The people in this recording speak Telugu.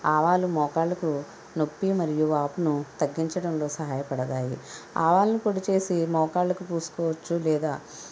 ఆవాలు మోకాళ్ళకు నొప్పి మరియు వాపును తగ్గించడంలో సహాయపడతాయి ఆవాల పొడి చేసి మోకాళ్ళకు పూసుకోవచ్చు లేదా